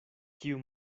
kiu